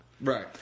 Right